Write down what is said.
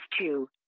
two